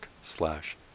slash